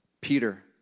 Peter